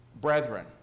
brethren